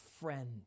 friend